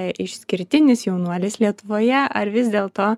išskirtinis jaunuolis lietuvoje ar vis dėlto